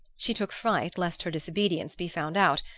she took fright lest her disobedience be found out,